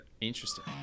Interesting